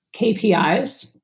KPIs